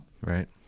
Right